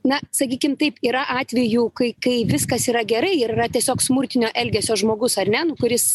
na sakykime taip yra atvejų kai kai viskas yra gerai ir yra tiesiog smurtinio elgesio žmogus ar ne nu kuris